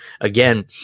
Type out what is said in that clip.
again